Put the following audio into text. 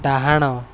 ଡାହାଣ